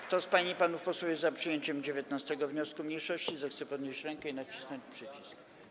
Kto z pań i panów posłów jest za przyjęciem 19. wniosku mniejszości, zechce podnieść rękę i nacisnąć przycisk.